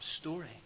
story